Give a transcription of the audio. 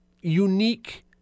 unique